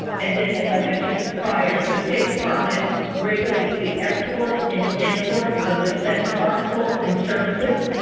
and then as i mentioned prior, the state department regulates the export and import of defense articles and services.